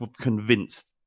convinced